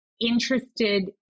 interested